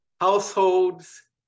households